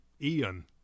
Ian